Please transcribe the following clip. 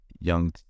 young